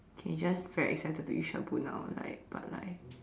okay just very excited to eat shabu now like but like